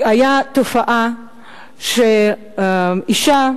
היתה תופעה שאשה